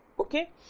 okay